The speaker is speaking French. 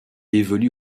évolue